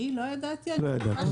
אני לא ידעתי על --- לא ידעת.